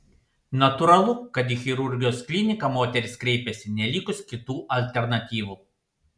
natūralu kad į chirurgijos kliniką moterys kreipiasi nelikus kitų alternatyvų